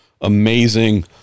amazing